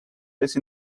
place